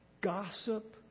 Gossip